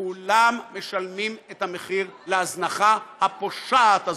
כולם משלמים את המחיר של ההזנחה הפושעת הזאת.